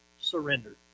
surrendered